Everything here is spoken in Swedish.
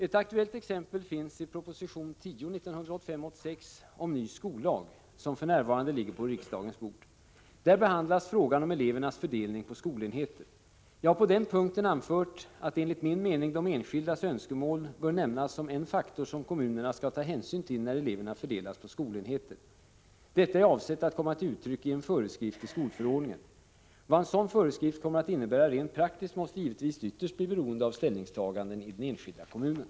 Ett aktuellt exempel finns i proposition 1985/86:10 om ny skollag, som för närvarande ligger på riksdagens bord. Där behandlas frågan om elevernas fördelning på skolenheter. Jag har på den punkten anfört att enligt min mening de enskildas önskemål bör nämnas som en faktor som kommunerna skall ta hänsyn till när eleverna fördelas på skolenheter. Detta är avsett att komma till uttryck i en föreskrift i skolförordningen. Vad en sådan föreskrift kommer att innebära rent praktiskt måste givetvis ytterst bli beroende av ställningstaganden i den enskilda kommunen.